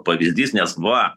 pavyzdys nes va